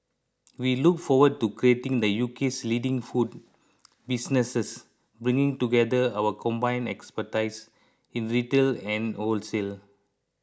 we look forward to creating the U K' s leading food businesses bringing together our combined expertise in retail and wholesale